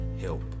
help